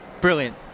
Brilliant